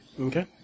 Okay